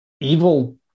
evil